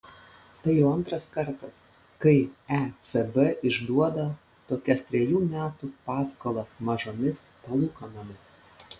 tai jau antras kartas kai ecb išduoda tokias trejų metų paskolas mažomis palūkanomis